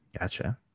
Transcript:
Gotcha